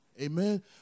Amen